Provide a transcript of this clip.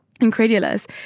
Incredulous